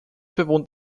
bewohnt